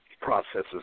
processes